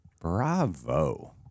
Bravo